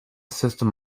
system